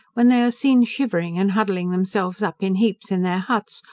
when they are seen shivering, and huddling themselves up in heaps in their huts,